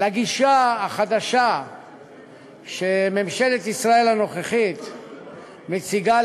לגישה החדשה שממשלת ישראל הנוכחית מציגה,